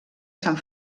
sant